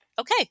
okay